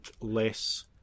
less